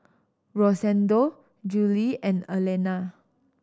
Rosendo Jule and Allena